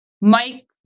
Mike